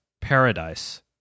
paradise